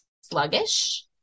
sluggish